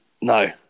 No